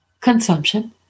Consumption